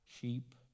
Sheep